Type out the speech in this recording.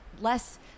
less